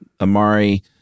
Amari